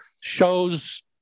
shows